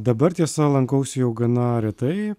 dabar tiesa lankausi jau gana retai